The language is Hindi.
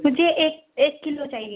मुझे एक एक किलो चाहिए